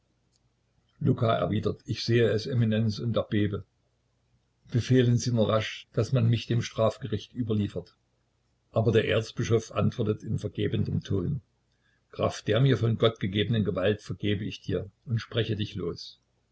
luka erwidert ich sehe es eminenz und erbebe befehlen sie nur rasch daß man mich dem strafgericht überliefert aber der erzbischof antwortet in vergebendem tone kraft der mir von gott gegebenen gewalt vergebe ich dir und spreche dich los